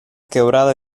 quebrada